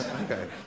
Okay